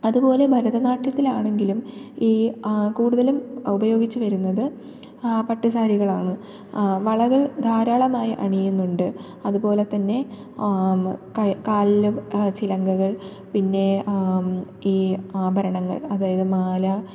അതുപോലെ ഭരതനാട്യത്തിൽ ആണെങ്കിലും ഈ കൂടുതലും ഉപയോഗിച്ചു വരുന്നത് പട്ടു സാരികളാണ് വളകൾ ധാരാളം ആയി അണിയുന്നുണ്ട് അതുപോലെത്തന്നെ കാലില് ചിലങ്കകൾ പിന്നേ ഈ ആഭരണങ്ങൾ അതായത് മാല